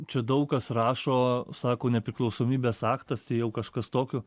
čia daug kas rašo sako nepriklausomybės aktas tai jau kažkas tokio